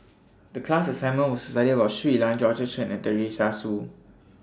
The class assignment was to study about Shui Lan Georgette Chen and Teresa Hsu